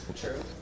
True